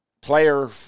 player